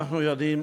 אנחנו יודעים